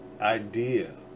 idea